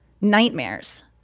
nightmares